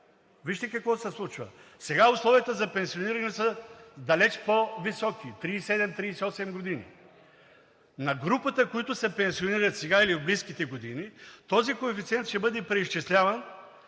Вижте какво се случва. Сега условията за пенсиониране са далеч по-високи – 37 – 38 г. На групата, които се пенсионират сега или в близките години, този коефициент ще бъде преизчисляван